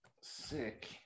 sick